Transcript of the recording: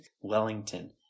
Wellington